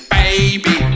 baby